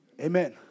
Amen